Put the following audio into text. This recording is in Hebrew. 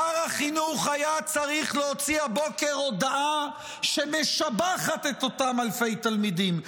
שר החינוך היה צריך להוציא הבוקר הודעה שמשבחת את אותם אלפי תלמידים,